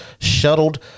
shuttled